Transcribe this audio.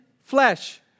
flesh